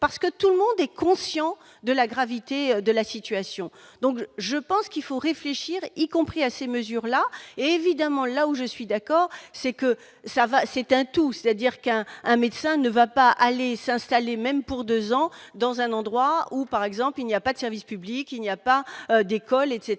parce que tout le monde est conscient de la gravité de la situation, donc je pense qu'il faut réfléchir, y compris à ces mesures-là, évidemment, là où je suis d'accord c'est que ça va, c'est un tout, c'est-à-dire qu'un un médecin ne va pas aller s'installer, même pour 2 ans dans un endroit où par exemple il n'y a pas de service public, il n'y a pas d'école etc